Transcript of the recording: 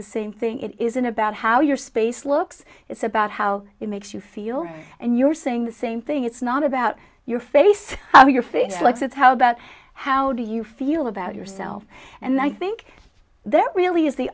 the same thing it isn't about how your space looks it's about how it makes you feel and you're saying the same thing it's not about your face or your fingers like it's how about how do you feel about yourself and i think that really is the